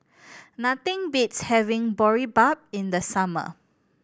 nothing beats having Boribap in the summer